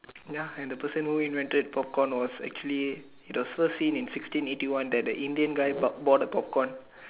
ya and the person who invented popcorn was actually it was first seen in sixteen eighty one that a Indian guy bo~ bought a popcorn